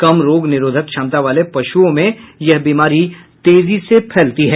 कम रोग निरोधक क्षमता वाले पशुओं में यह बीमारी तेजी से फैलती है